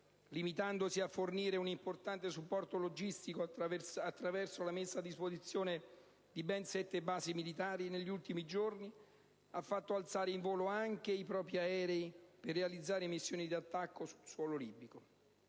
limitandosi a fornire un importante supporto logistico attraverso la messa a disposizione di ben sette basi militari, negli ultimi giorni ha fatto alzare in volo anche i propri aerei per realizzare missioni di attacco sul suolo libico.